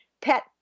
pet